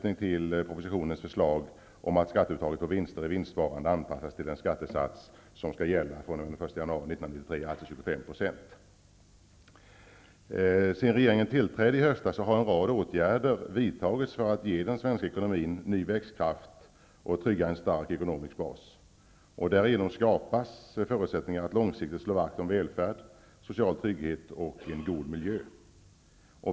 I propositionen föreslås ju att skatteuttaget på vinster i vinstsparande anpassas till den skattesats som skall gälla fr.o.m. den 1 Sedan regeringen tillträdde i höstas har en rad åtgärder vidtagits för att ge den svenska ekonomin ny växtkraft och trygga en stark ekonomisk bas. Därigenom skapas förutsättningar för att långsiktigt slå vakt om välfärd, social trygghet och en god miljö.